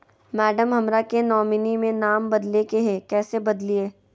madam, हमरा के nominee में नाम बदले के हैं, कैसे बदलिए